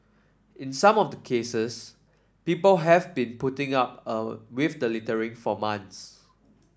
in some of the cases people have been putting up eh with the littering for months